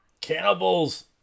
cannibals